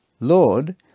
Lord